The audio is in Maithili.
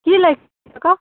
की लै कहऽ